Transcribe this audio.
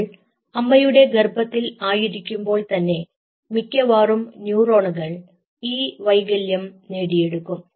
നമ്മൾ അമ്മയുടെ ഗർഭത്തിൽ ആയിരിക്കുമ്പോൾ തന്നെ മിക്കവാറും ന്യൂറോണുകൾ ഈ വൈകല്യം നേടിയെടുക്കും